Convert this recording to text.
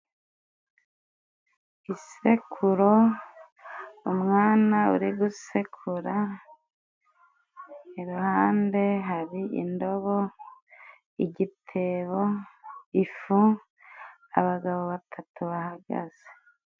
Isekuro, umwana uri gusekura, iruhande hari indobo, igitebo, ifu, abagabo batatu bahagaze.